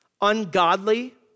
ungodly